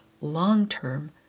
long-term